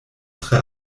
tre